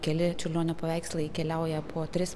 keli čiurlionio paveikslai keliauja po tris